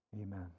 Amen